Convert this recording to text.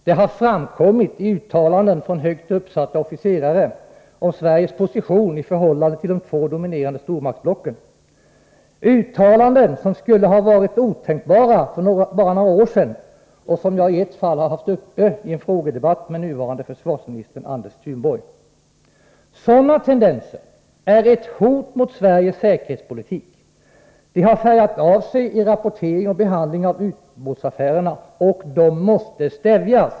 Det har framkommit i uttalanden från högt uppsatta officerare om Sveriges position i förhållande till de två dominerande stormaktsblocken. Sådana uttalanden skulle ha varit otänkbara för bara några år sedan. Jag har i ett fall haft uppe detta i en frågedebatt med nuvarande försvarsministern Anders Thunborg. Sådana tendenser är ett hot mot Sveriges säkerhetspolitik; de har färgat av sig i rapportering och behandling av ubåtsaffärerna, och de måste stävjas.